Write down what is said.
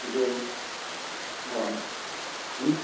ಇದು no no ನಿಮ್ಮ